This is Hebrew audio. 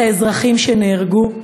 את האזרחים שנהרגו,